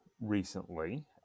recently